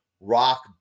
rock